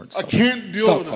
and i can't deal ah